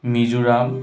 Mizoram